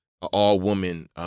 all-woman